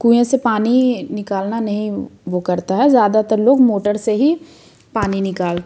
कुएँ से पानी निकालना नहीं वो करता है ज़्यादातर लोग मोटर से ही पानी निकाल